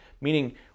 Meaning